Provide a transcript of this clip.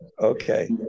Okay